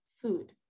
food